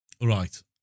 Right